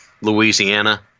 Louisiana